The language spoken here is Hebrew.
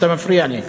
אתה מפריע לי,